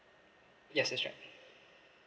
yes that's right